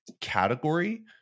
category